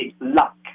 luck